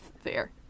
fair